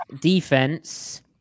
defense